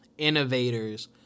innovators